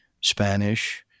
Spanish